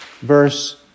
verse